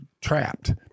trapped